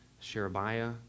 Sherebiah